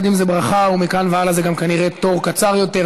ילדים זה ברכה ומכאן והלאה זה גם כנראה תור קצר יותר.